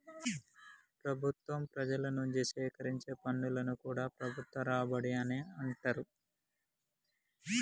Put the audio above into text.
ప్రభుత్వం ప్రజల నుంచి సేకరించే పన్నులను కూడా ప్రభుత్వ రాబడి అనే అంటరు